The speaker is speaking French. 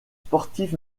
sportif